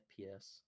FPS